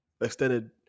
extended